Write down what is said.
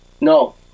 No